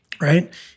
right